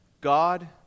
God